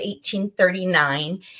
1839